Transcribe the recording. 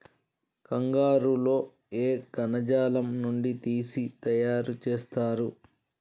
కంగారు లో ఏ కణజాలం నుండి తీసి తయారు చేస్తారు?